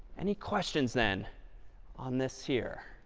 any questions then on this here?